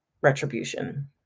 retribution